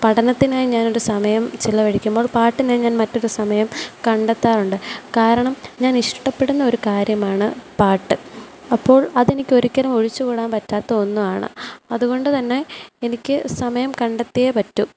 പഠനത്തിനായി ഞാൻ ഒരു സമയം ചിലവഴിക്കുമ്പോൾ പാട്ടിനായി ഞാൻ മറ്റൊരു സമയം കണ്ടെത്താറുണ്ട് കാരണം ഞാൻ ഇഷ്ടപ്പെടുന്നൊരു കാര്യമാണ് പാട്ട് അപ്പോൾ അത് എനിക്ക് ഒരിക്കലും ഒഴിച്ച് കൂടാൻ പറ്റാത്ത ഒന്നാണ് അതുകൊണ്ട് തന്നെ എനിക്ക് സമയം കണ്ടെത്തിയേ പറ്റു